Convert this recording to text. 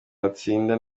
batsinda